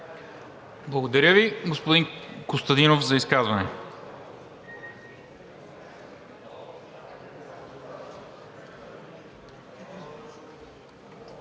Благодаря Ви. Господин Костадинов, за изказване.